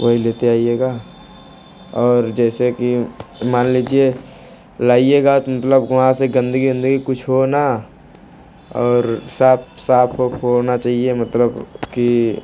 वो ही लेते आइएगा और जैसे कि मान लीजिए लाइएगा तो मतलब वहाँ से गंदगी उन्दगी कुछ हो ना और साफ साफ उफ होना चाहिए मतलब कि